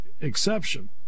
exception